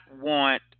want